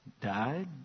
died